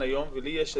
ולי יש רגישות,